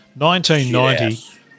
1990